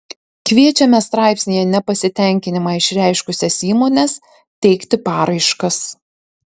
kviečiame straipsnyje nepasitenkinimą išreiškusias įmones teikti paraiškas